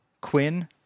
Quinn